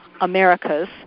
Americas